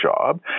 job